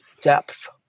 depth